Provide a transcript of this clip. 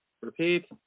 Repeat